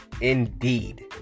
Indeed